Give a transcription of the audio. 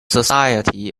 society